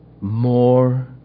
more